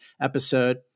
episode